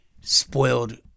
spoiled